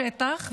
לשטח,